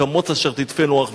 "כמץ אשר תדפנו רוח".